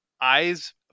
eyes